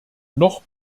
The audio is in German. noch